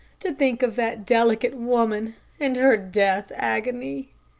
to think of that delicate woman and her death agony.